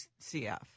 CF